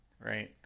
right